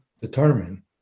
determine